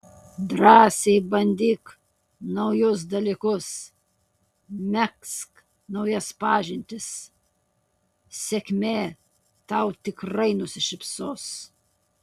drąsiai bandyk naujus dalykus megzk naujas pažintis sėkmė tau tikrai nusišypsos